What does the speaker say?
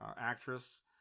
actress